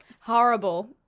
horrible